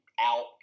out